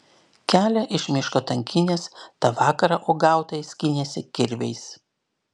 kelią iš miško tankynės tą vakarą uogautojai skynėsi kirviais